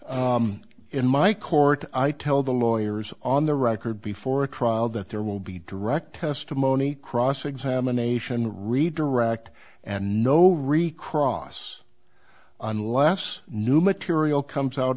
in my court i tell the lawyers on the record before a trial that there will be direct testimony cross examination redirect and no recross unless new material comes out